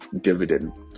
dividend